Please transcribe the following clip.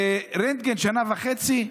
וברנטגן שנה וחצי?